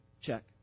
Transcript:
check